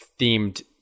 themed